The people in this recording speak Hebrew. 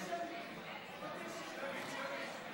שמית.